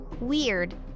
Weird